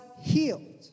healed